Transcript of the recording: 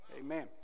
Amen